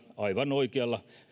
aivan oikeilla